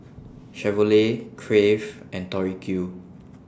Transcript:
Chevrolet Crave and Tori Q